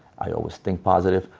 i always think positive.